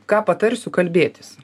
ką patarsiu kalbėtis